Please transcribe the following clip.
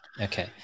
Okay